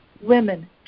women